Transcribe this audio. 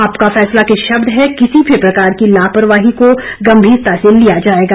आपका फैसला के शब्द हैं किसी भी प्रकार की लापरवाही को गंभीरता से लिया जाएगा